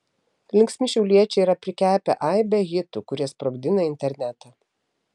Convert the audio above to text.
linksmi šiauliečiai yra prikepę aibę hitų kurie sprogdina internetą